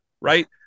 right